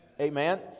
amen